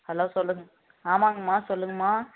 hello சொல்லுங்கள் ஆமாங்கமா சொல்லுங்கமா